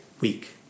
week